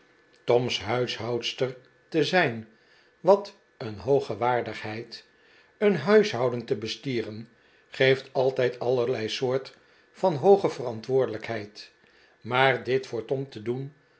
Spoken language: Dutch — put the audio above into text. tom's huishoudster te zijn wat een hooge waardigheid een huishouden te bestieren geeft altijd allerlei soort van hooge verantwoordelijkheid maar dit voor tom te doen